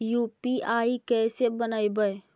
UPI कैसे बनइबै?